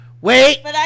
Wait